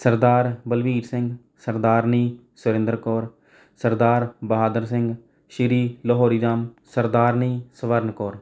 Sardar Balvir Singh Sardarni Surinder Kaur Sardar Bahadur Singh Shri Lahori Ram Sardarni Swaran Kaur